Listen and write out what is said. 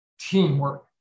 teamwork